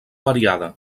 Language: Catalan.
variada